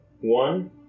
one